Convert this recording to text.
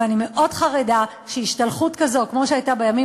ואני מאוד חרדה שהשתלחות כמו זאת שהייתה בימים